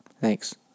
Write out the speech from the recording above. Thanks